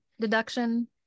deduction